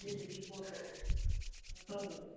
ꯑꯗꯨꯗꯨꯒꯤ ꯄꯣꯠꯇꯣ ꯀꯩꯅꯣ ꯇꯧꯗꯕ